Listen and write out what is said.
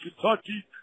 Kentucky